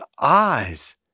eyes